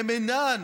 הם אינם